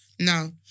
No